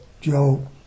Joe